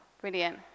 Brilliant